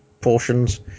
portions